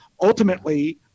Ultimately